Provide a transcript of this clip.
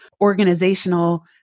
organizational